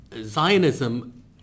Zionism